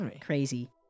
crazy